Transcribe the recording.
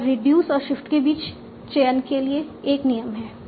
और रिड्यूस और शिफ्ट के बीच चयन के लिए एक नियम है